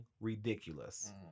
ridiculous